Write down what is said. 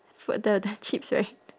food the the chips right